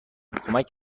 کمک